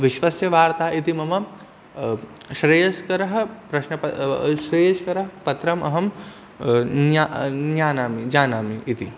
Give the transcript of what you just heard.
विश्वस्य वार्ता इति मम श्रेयस्करं प्रश्नपत्रं श्रेयस्करं पत्रम् अहं न जानामि जानामि इति